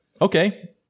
okay